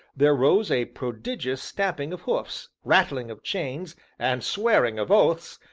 there rose a prodigious stamping of hoofs, rattling of chains, and swearing of oaths,